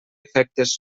efectes